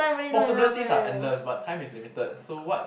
possibilities are endless but time is limited so what